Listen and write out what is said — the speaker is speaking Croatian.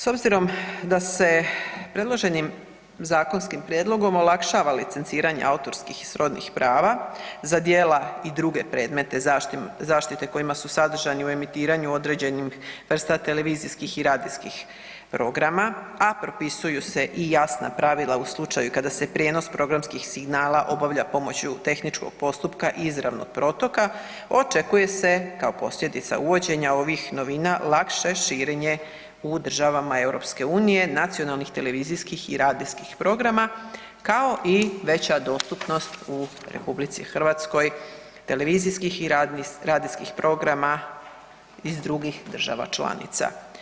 S obzirom da se predloženim zakonskim prijedlogom olakšava licenciranje autorskih i srodnih prava za djela i druge predmete zaštite kojima su sadržani u emitiranju određenih vrsta televizijskih i radijskih programa, a propisuju se i jasna pravila u slučaju kada se prijenos programskih signala obavlja pomoću tehničkog postupka i izravnog protoka očekuje se kao posljedica uvođenja ovih novina lakše širenje u državama EU nacionalnih televizijskih i radijskih programa kao i veća dostupnost u RH televizijskih i radijskih programa iz drugih država članica.